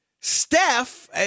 Steph